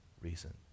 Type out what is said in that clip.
reason